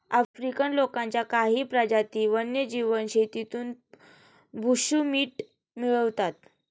African लोकांच्या काही प्रजाती वन्यजीव शेतीतून बुशमीट मिळवतात